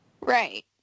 Right